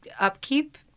upkeep